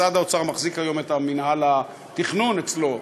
משרד האוצר מחזיק היום את מינהל התכנון אצלו,